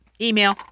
Email